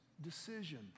decision